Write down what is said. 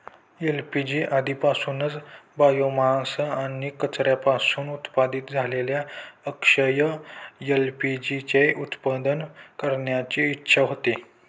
LPG आधीपासूनच biomass आणि कचऱ्यापासून उत्पादित झालेल्या अक्षय एल.पी.जी चे उत्पादन करण्याची इच्छा होती